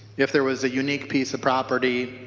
if there was unique piece of property